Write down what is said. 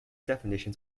definitions